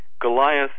Goliath